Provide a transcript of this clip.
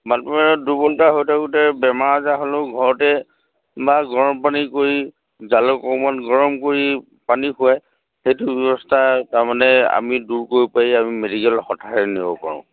বানপানী হৈ থাকোঁতে বেমাৰ আজাৰ হ'লেও ঘৰতে বা গৰম পানী কৰি জালুক অকণমান গৰম কৰি পানী খুৱাই সেইটো ব্যৱস্থা তাৰমানে আমি দূৰ কৰিব পাৰি আমি মেডিকেল নিব পাৰোঁ